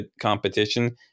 competition